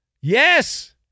Yes